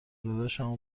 داداشم